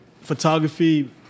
photography